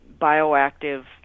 bioactive